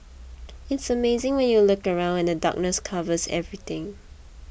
it's amazing when you look around and the darkness covers everything